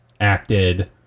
acted